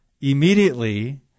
immediately